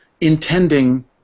intending